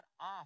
off